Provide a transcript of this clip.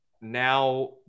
now